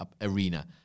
arena